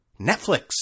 Netflix